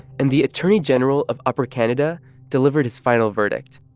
and the attorney general of upper canada delivered his final verdict.